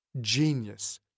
Genius